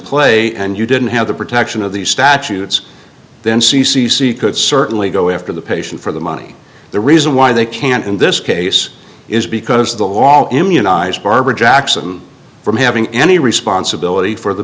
play and you didn't have the protection of these statutes then c c c could certainly go after the patient for the money the reason why they can't in this case is because the law immunized barbara jackson from having any responsibility for the